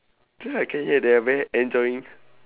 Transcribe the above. ya I can hear there are very enjoying